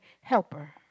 helper